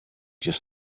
just